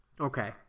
okay